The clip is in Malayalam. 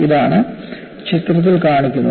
ഇതാണ് ചിത്രത്തിൽ കാണിക്കുന്നത്